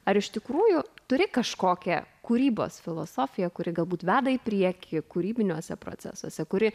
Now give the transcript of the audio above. ar iš tikrųjų turi kažkokią kūrybos filosofiją kuri galbūt veda į priekį kūrybiniuose procesuose kuri